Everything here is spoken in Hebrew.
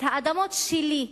את האדמות שלי,